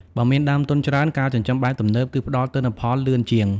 បើមានដើមទុនច្រើន ការចិញ្ចឹមបែបទំនើបនឹងផ្ដល់ទិន្នផលលឿនជាង។